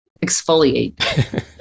exfoliate